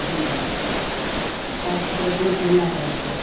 جی جی صاف ستھرا گوشت نہیں آیا ہے اس بار